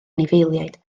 anifeiliaid